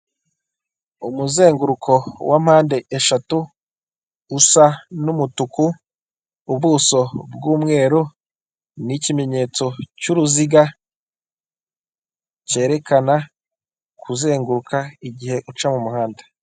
Umuzenguruko wa mpande eshatu usa n'umutuku ubuso bw'umweru n'ikimenyetso cy'uruziga cyerekana kuzenguraka igihe uca mu umuhanda.